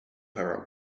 her